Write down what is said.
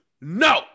No